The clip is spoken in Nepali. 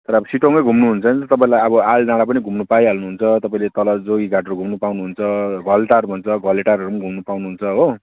तर अब सिटोङमा घुम्नु हुन्छ भने तपाईँलाई अब आलडाँडा पनि घुम्न पाइहाल्नु हुन्छ तपाईँले तल जोगीघाटहरू घुम्न पाउनु हुन्छ घलेटार भन्छ घलेटारहरू घुम्न पाउनु हुन्छ हो